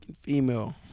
female